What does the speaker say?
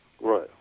Right